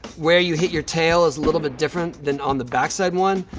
where you hit your tail is a little bit different than on the back-side one.